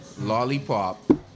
lollipop